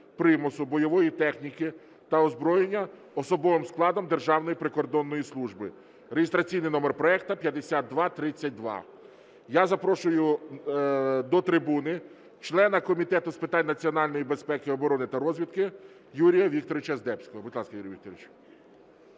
примусу, бойової техніки та озброєння особовим складом Державної прикордонної служби (реєстраційний номер проекту 5232). Я запрошую до трибуни члена Комітету з питань національної безпеки оборони та розвідки Юрія Вікторовича Здебського. Будь ласка, Юрій Вікторович.